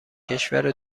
کشور